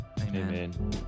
Amen